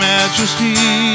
Majesty